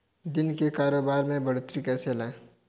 दिन के कारोबार में बढ़ोतरी कैसे लाएं?